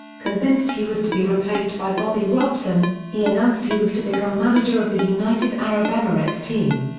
convinced he was to be replaced by bobby robson, he announced he was to become manager of the united arab emirates team.